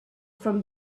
from